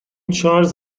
چارلز